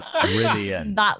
brilliant